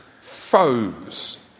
foes